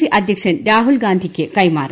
C അദ്ധ്യക്ഷൻ രാഹുൽ ഗാന്ധിക്ക് കൈമാറി